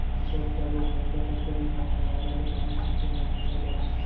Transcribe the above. कब कब अऊ कतका कतका दिन म फव्वारा ले पानी छिंचे म फसल बाड़ही?